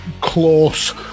close